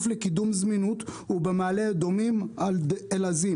לקידום זמינות הוא במעלה אדומים עד אל-עזי.